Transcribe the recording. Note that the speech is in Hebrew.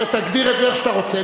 תגדיר את זה איך שאתה רוצה.